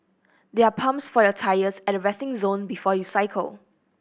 there are pumps for your tyres at the resting zone before you cycle